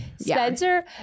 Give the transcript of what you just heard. spencer